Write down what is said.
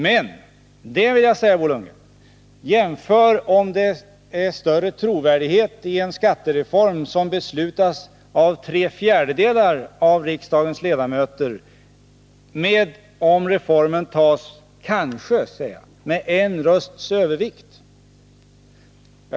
Men jämför, Bo Lundgren, trovärdigheten i en skattereform som beslutas av tre fjärdedelar av riksdagens ledamöter med trovärdigheten i en reform som — kanske — skulle antas med en rösts övervikt.